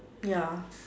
ya